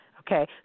Okay